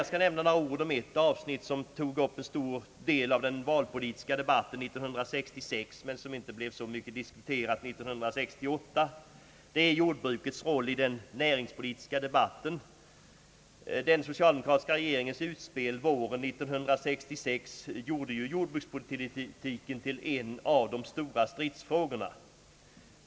Jag skall nämna några ord om ett avsnitt som tog upp en stor del av den valpolitiska debatten 1966 men som inte blev så mycket diskuterat 1968. Det är jordbrukets roll i den näringspolitiska debatten. Den socialdemokratiska regeringens utspel våren 1966 gjorde jordbrukspolitiken till en av de stora stridsfrågorna.